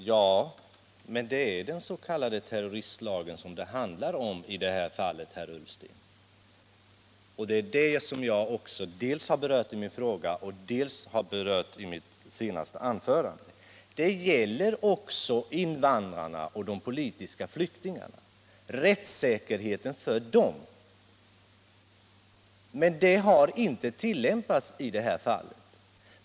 Herr talman! Det är den s.k. terroristlagen som det handlar om i detta fall, herr Ullsten. Det är den som jag har berört både i min fråga och i mitt senaste anförande. Det gäller också rättssäkerheten för invandrarna och de politiska flyktingarna. Den har man inte tagit hänsyn till i det här fallet.